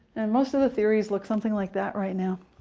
and most of the theories look something like that, right now,